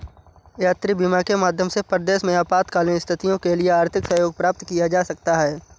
यात्री बीमा के माध्यम से परदेस में आपातकालीन स्थितियों के लिए आर्थिक सहयोग प्राप्त किया जा सकता है